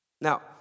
Now